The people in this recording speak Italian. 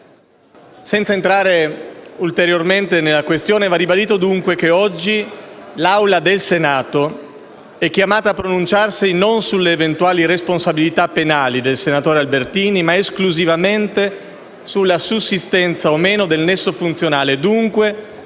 Senza entrare ulteriormente nella questione, va ribadito dunque che oggi l'Assemblea del Senato è chiamata a pronunciarsi non sulle eventuali responsabilità penali del senatore Albertini, ma esclusivamente sulla sussistenza o meno del nesso funzionale